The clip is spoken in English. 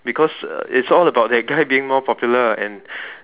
because it's all about that guy being more popular and